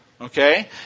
Okay